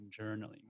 journaling